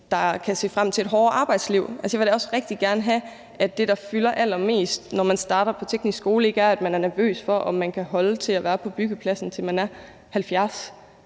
godt kunne tænke sig en erhvervsuddannelse. Jeg vil da også rigtig gerne have, at det, der fylder allermest, når man starter på teknisk skole, ikke er, at man er nervøs for, om man kan holde til at være på byggepladsen, til man er 70